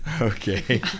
okay